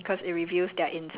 ya ya